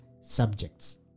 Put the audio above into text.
subjects